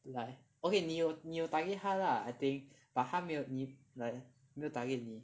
like okay 你有你有 target 他 lah I think but 他没有你 like 没有 target 你